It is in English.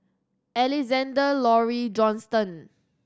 Alexander Laurie Johnston